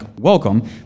welcome